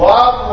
Love